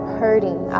hurting